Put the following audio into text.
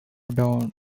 down